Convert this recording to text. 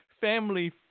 family